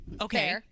Okay